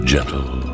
Gentle